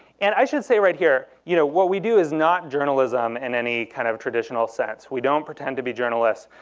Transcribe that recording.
and i should say right here, you know what we do is not journalism in any kind of traditional sense. we don't pretend to be journalists.